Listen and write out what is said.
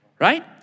right